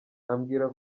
ambwira